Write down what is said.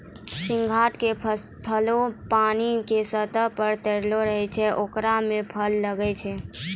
सिंघाड़ा के पौधा पानी के सतह पर तैरते रहै छै ओकरे मॅ फल लागै छै